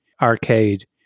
arcade